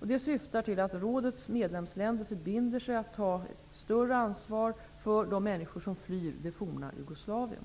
Det syftar till att rådets medlemsländer förbinder sig att ta ett större ansvar för de människor som flyr det forna Jugoslavien.